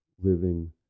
living